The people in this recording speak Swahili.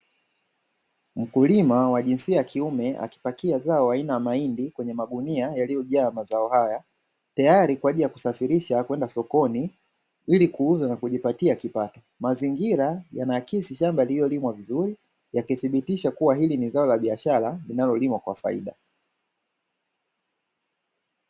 Mkulima wa jinsia ya kiume akipakia zao aina ya mahindi, kwenye magunia yaliyojaa mazao haya. Tayari kwa ajili ya kusafirisha kwenda sokoni kuuza na kujipatia kipato, mazingira yanaakisi shamba lililolimwa vizuri yakithibitisha kuwa hili ni zao la kibiashara linalo limwa kwa faida.